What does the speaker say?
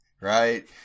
right